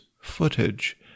footage